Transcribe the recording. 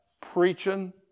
preaching